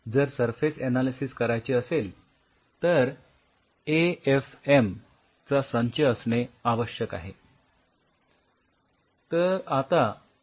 जर surface analysis करायचे असेल तर ए एफ एम चा संच असणे आवश्यक आहे